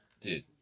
Dude